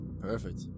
Perfect